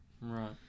Right